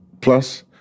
plus